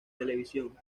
televisión